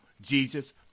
Jesus